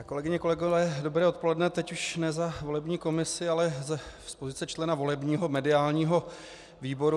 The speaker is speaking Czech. Kolegyně a kolegové, dobré odpoledne, teď už ne za volební komisi, ale z funkce člena volebního mediálního výboru.